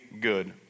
good